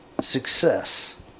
success